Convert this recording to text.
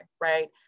right